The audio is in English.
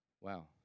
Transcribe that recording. wow